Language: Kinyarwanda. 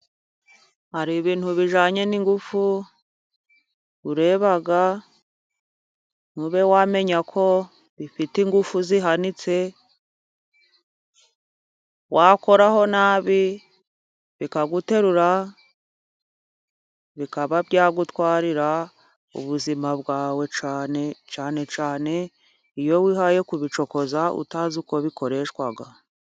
Hari ibintu bijyanye n'ingufu ureba ntube wamenya ko bifite ingufu zihanitse, wakoraho nabi bikaguterura bikaba byagutwarira ubuzima bwawe. Cyane cyane iyo wihaye kubicokoza utazi uko bikoreshwa.